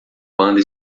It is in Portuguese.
banda